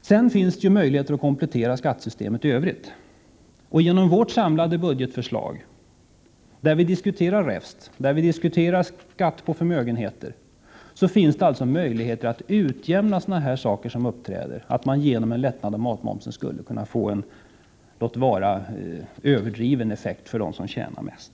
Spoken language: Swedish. Sedan finns det möjligheter att kompletera skattesystemet i övrigt. Genom vårt samlade budgetförslag, där vi diskuterar räfst och föreslår ökad skatt på förmögenheter, finns det möjligheter att utjämna en eventuellt överdriven effekt av ett slopande av matmomsen för dem som tjänar mest.